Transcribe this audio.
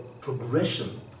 progression